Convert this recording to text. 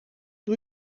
doe